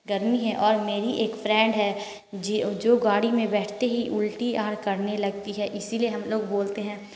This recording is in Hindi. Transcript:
गर्मी है और मेरी एक फ्रेंड है जो गाड़ी में बैठते ही उल्टी और करने लगती है इसीलिए हम लोग बोलते हैं